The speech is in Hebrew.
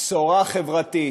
בשורה חברתית.